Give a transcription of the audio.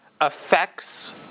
affects